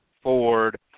Ford